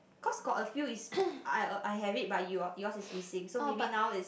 cause got a few is I I have it but you are yours is missing so maybe now is